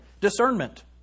Discernment